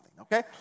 okay